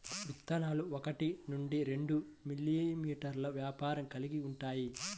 విత్తనాలు ఒకటి నుండి రెండు మిల్లీమీటర్లు వ్యాసం కలిగి ఉంటాయి